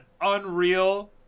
unreal